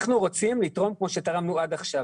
אנחנו רוצים לתרום כמו שתרמנו עד עכשיו.